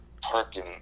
parking